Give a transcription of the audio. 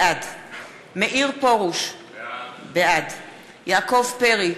בעד מאיר פרוש, בעד יעקב פרי,